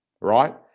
right